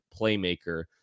playmaker